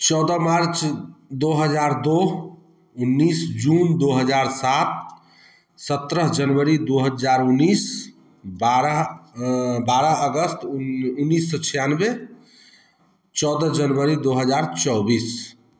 चौदह मार्च दो हज़ार दो उन्नीस जून दो हज़ार सात सत्रह जनवरी दो हज़ार उन्नीस बारह बारह अगस्त उन्नीस सौ छियानवे चौदह जनवरी दो हज़ार चौबीस